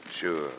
Sure